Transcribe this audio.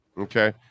okay